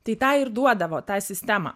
tai tai ir duodavo tą sistemą